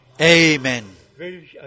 Amen